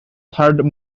third